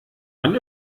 man